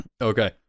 Okay